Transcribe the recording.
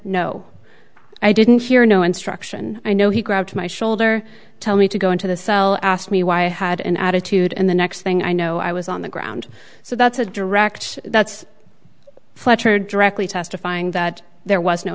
no i didn't hear no instruction i know he grabbed my shoulder tell me to go into the cell asked me why i had an attitude and the next thing i know i was on the ground so that's a direct that's fletcher directly testifying that there was no